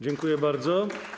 Dziękuję bardzo.